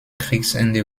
kriegsende